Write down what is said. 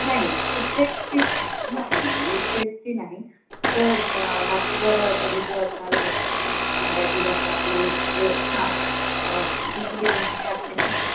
नाही लुक टेस्टची नाही नाही लुक टेस्टची नाही फक्त न् भाषेवर प्रभुत्व असणारं थोडंसं मराठी भाषा आपली म्हणजे हां विनोदी अंगाने आणि ह्याने हां